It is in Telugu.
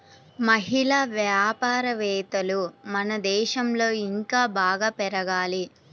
మహిళా వ్యాపారవేత్తలు మన దేశంలో ఇంకా బాగా పెరగాలి